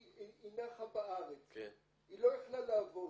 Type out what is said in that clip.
היא נחה בארץ היא לא יכולה לעבוד.